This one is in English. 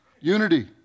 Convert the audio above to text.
Unity